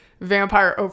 vampire